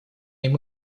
ему